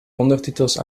ondertitels